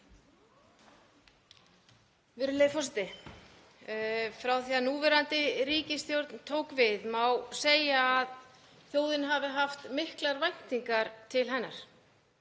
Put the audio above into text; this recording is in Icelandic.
Virðulegi forseti. Frá því að núverandi ríkisstjórn tók við má segja að þjóðin hafi haft miklar væntingar til hennar.